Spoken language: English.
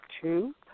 two